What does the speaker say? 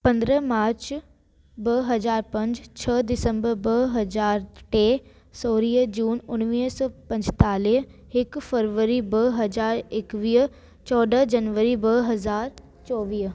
पंद्रहं मार्च ॿ हज़ारु पंजु छह दिसम्बर ॿ हज़ारु टे सोरीह जून उणवीह सौ पंजतालीह हिकु फरवरी ब हज़ारु एकवीह चोॾह जनवरी ॿ हज़ारु चोवीह